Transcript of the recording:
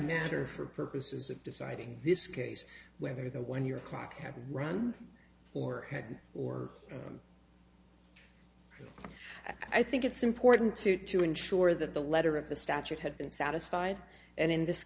matter for purposes of deciding this case whether the when your clock had run or or had i think it's important to to ensure that the letter of the statute had been satisfied and in this